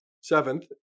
Seventh